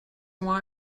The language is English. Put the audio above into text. why